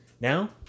Now